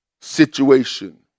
situation